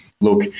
look